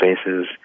spaces